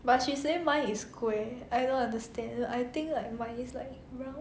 but she said mine is square I don't understand I think like why mine is like round